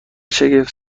شگفت